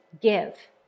Give